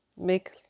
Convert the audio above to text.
Make